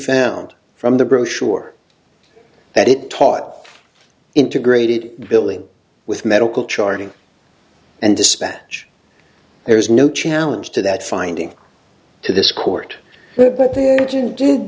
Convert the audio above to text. found from the brochure that it taught integrated billing with medical charting and dispatch there is no challenge to that finding to this court but there did